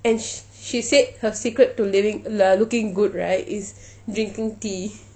and sh~ she said her secret to living uh looking good right is drinking tea